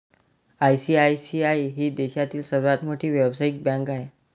ICICI ही देशातील सर्वात मोठी व्यावसायिक बँक आहे